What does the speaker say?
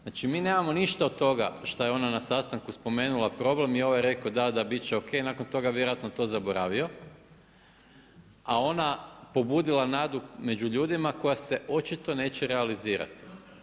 Znači mi nemamo ništa od toga šta je ona na sastanku spomenula problem i ovaj je rekao da, da, biti će OK i nakon toga vjerojatno to zaboravio a ona pobudila nadu među ljudima koja se očito neće realizirati.